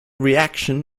reaction